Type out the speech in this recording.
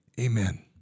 amen